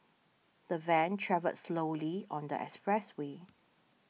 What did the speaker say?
the van travelled slowly on the expressway